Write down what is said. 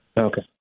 Okay